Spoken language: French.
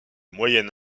moyen